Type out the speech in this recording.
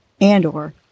and/or